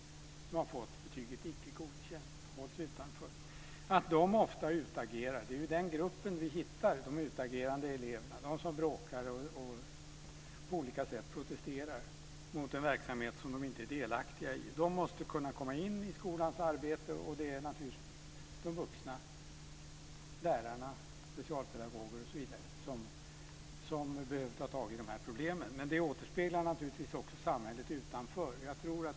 De har fått betyget Icke godkänd och hålls utanför. Det är i den gruppen vi hittar de utagerande eleverna, de som bråkar och på olika sätt protesterar mot den verksamhet som de inte är delaktiga i. De måste kunna komma in i skolans arbete. Det är de vuxna - lärarna, specialpedagoger osv. - som behöver ta tag i problemen. Men det återspeglar naturligtvis också samhället utanför.